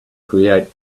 create